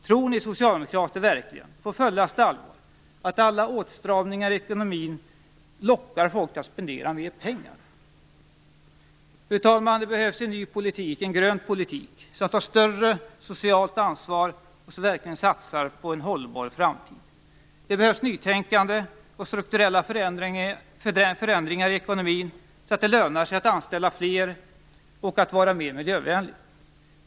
Tror ni socialdemokrater verkligen, på fullaste allvar, att alla åtstramningar i ekonomin lockar folk till att spendera mer pengar? Fru talman! Det behövs en ny politik, en grön politik som tar större socialt ansvar och som verkligen satsar på en hållbar framtid. Det behövs nytänkande och strukturella förändringar i ekonomin så att det lönar sig att anställa fler och att vara mer miljövänlig.